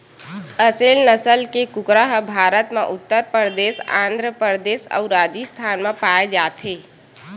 असेल नसल के कुकरा ह भारत म उत्तर परदेस, आंध्र परदेस अउ राजिस्थान म पाए जाथे